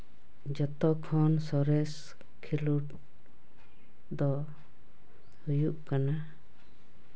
ᱡᱚᱛᱚᱠᱷᱚᱱ ᱥᱚᱨᱮᱥ ᱠᱷᱮᱞᱳᱰ ᱫᱚ ᱦᱩᱭᱩᱜ ᱠᱟᱱᱟ